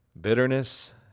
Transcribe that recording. Bitterness